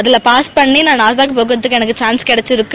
அதுல பாஸ் பண்ணி நாசா போறதுக்கு எனக்கு சான்ஸ் கிடைச்சிருக்கு